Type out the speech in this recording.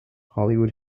hollywood